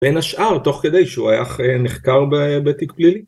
בין השאר, תוך כדי שהוא היה נחקר בתיק פלילי